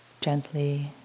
gently